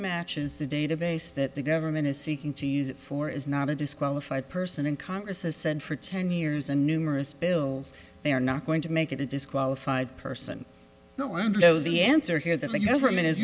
matches the database that the government is seeking to use it for is not a qualified person in congress has said for ten years and numerous bills they are not going to make it a disqualified person no i don't know the answer here that